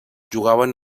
jugaven